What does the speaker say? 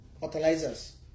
Fertilizers